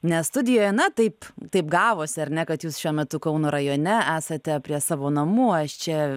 ne studijoje na taip taip gavosi ar ne kad jūs šiuo metu kauno rajone esate prie savo namų aš čia